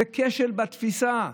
זה כשל בתפיסה.